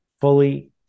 fully